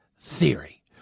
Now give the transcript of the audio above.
theory